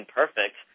perfect